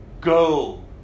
Go